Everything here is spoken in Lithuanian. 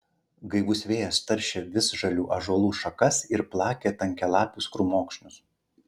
gaivus vėjas taršė visžalių ąžuolų šakas ir plakė tankialapius krūmokšnius